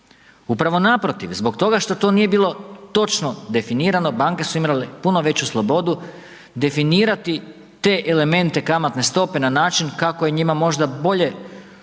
Upravo naprotiv zbog toga što to nije bilo točno definirano, banke su imale puno veću slobodu definirati te elemente kamatne stope na način kako je njima možda bolje,